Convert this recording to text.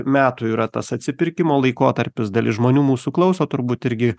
metų yra tas atsipirkimo laikotarpis dalis žmonių mūsų klauso turbūt irgi